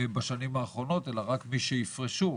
בשנים האחרונות אלא רק מי שיפרשו.